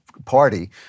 Party